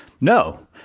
No